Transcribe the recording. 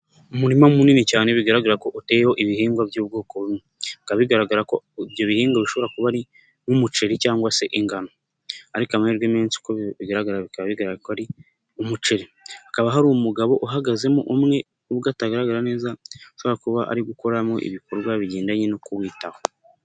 Umurima munini cyane bigaragara ko uteyeho ibihingwa by'ubwoko bumwe. Bikaba bigaragara ko ibyo bihingwa bishobora kuba ari nk'umuceri cyangwa se ingano. Ariko amahirwe menshi uko bigaragara bikaba bigaragara ko ari umuceri. Hakaba hari umugabo uhagazemo umwe nubwo atagaragara neza, ushobora kuba ari gukoramo ibikorwa bigendanye no kuwitaho.